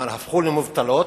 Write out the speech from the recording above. כלומר הפכו למובטלות,